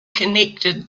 connected